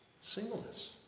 Singleness